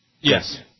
Yes